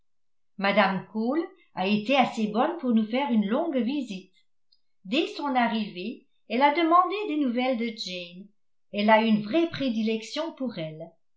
mme cole a été assez bonne pour nous faire une longue visite dès son arrivée elle a demandé des nouvelles de jane elle a une vraie prédilection pour elle